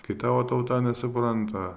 kai tavo tauta nesupranta